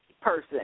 person